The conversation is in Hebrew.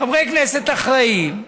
חברי כנסת אחראיים,